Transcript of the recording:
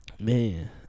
Man